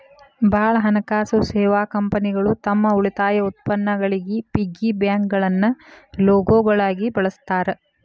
ಭಾಳ್ ಹಣಕಾಸು ಸೇವಾ ಕಂಪನಿಗಳು ತಮ್ ಉಳಿತಾಯ ಉತ್ಪನ್ನಗಳಿಗಿ ಪಿಗ್ಗಿ ಬ್ಯಾಂಕ್ಗಳನ್ನ ಲೋಗೋಗಳಾಗಿ ಬಳಸ್ತಾರ